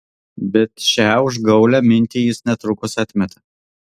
bet šią užgaulią mintį jis netrukus atmeta